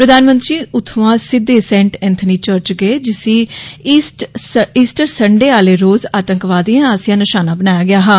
प्रधानमंत्री उत्थुआ सिद्दे सेंट एनथनी चर्च गए जिसी इस्टर संडे आले रोज आतंकवादियें आसेया नशाना बनाया गेया हा